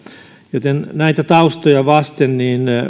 joten näitä taustoja vasten